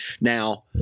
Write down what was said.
Now